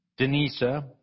Denisa